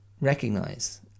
recognize